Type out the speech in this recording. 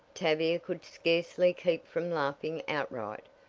tavia could scarcely keep from laughing outright.